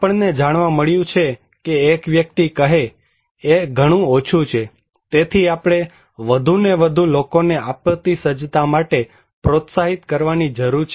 આપણને જાણવા મળ્યું છે કે એક વ્યક્તિ કહેએ ઘણું ઓછું છે તેથી આપણે વધુ ને વધુ લોકોને આપત્તિ સજ્જતા માટે પ્રોત્સાહિત કરવાની જરૂર છે